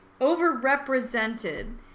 overrepresented